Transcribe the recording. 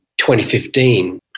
2015